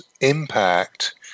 impact